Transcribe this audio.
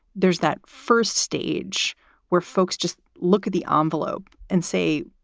there's that first stage where folks just look at the ah envelope and say,